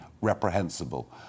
reprehensible